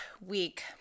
week